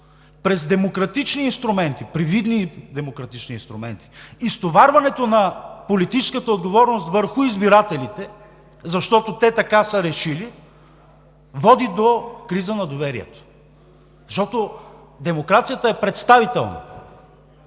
не за конкретния казус – през привидни демократични инструменти, и стоварването на политическата отговорност върху избирателите – защото те така са решили, води до криза на доверието. Защото демокрацията е представителна,